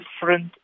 different